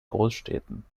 großstädten